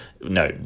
no